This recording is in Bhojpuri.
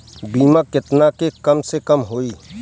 बीमा केतना के कम से कम होई?